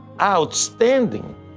outstanding